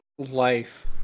life